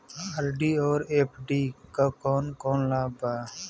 RD और FD क कौन कौन लाभ बा?